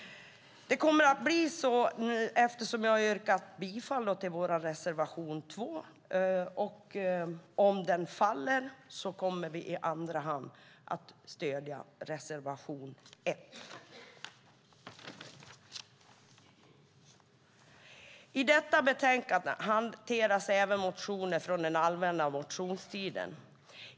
Eftersom jag har yrkat bifall till vår reservation 2 kommer det att bli så om den faller att vi i andra hand kommer att stödja reservation 1. I detta betänkande hanteras även motioner från den allmänna motionstiden.